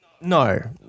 no